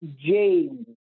James